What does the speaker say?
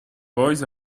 boys